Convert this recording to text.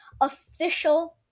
official